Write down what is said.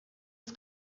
het